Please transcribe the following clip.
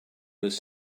was